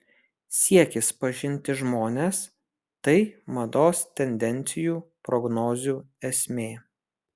siekis pažinti žmones tai mados tendencijų prognozių esmė